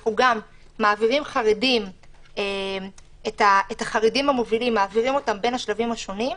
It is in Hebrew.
אנחנו גם מעבירים את החרדים המובילים בין השלבים השונים,